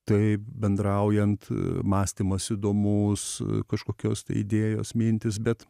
taip bendraujant mąstymas įdomus kažkokios tai idėjos mintys bet